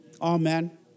Amen